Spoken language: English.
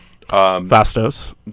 fastos